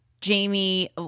Jamie